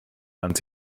land